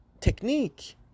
technique